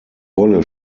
wolle